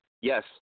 Yes